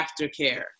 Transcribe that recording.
aftercare